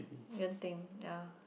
Genting ya